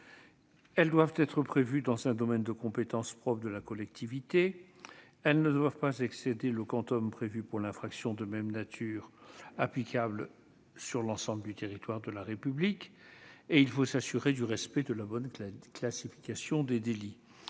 choses !-, être prévues dans un domaine de compétence propre de la collectivité, ne pas excéder le prévu pour l'infraction de même nature applicable sur l'ensemble du territoire de la République, le tout dans le respect de la bonne classification des délits.